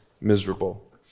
miserable